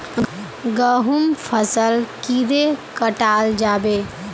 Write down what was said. गहुम फसल कीड़े कटाल जाबे?